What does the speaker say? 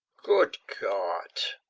good god!